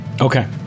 Okay